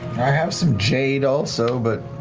i have some jade also, but,